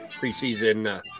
Preseason